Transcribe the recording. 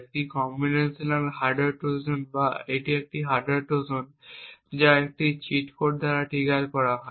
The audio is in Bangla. একটি কম্বিনেশনাল হার্ডওয়্যার ট্রোজান বা একটি হার্ডওয়্যার ট্রোজান যা একটি চিট কোড দ্বারা ট্রিগার করা হয়